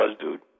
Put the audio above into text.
dude